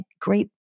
great